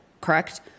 correct